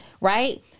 right